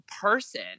person